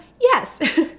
Yes